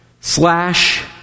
slash